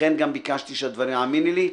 האמיני לי,